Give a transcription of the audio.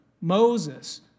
Moses